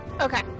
Okay